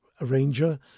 arranger